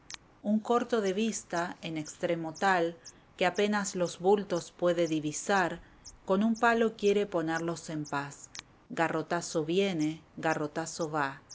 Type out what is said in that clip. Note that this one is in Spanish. un corto de vista en extremo tal que apenas los bultos puede divisar con un palo quiere ponerlos en paz garrotazo viene garrotazo va